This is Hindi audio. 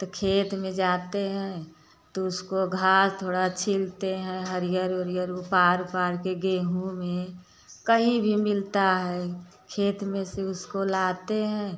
तो खेत में जाते हैं तो उसको घास थोड़ा छीलते हैं हरिअर ओरिअर उपार उपार के गेहूँ में कहीं भी मिलता है खेत में से उसको लाते हैं